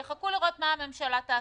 יחכו לראות מה הממשלה תעשה,